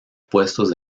puestos